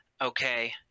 okay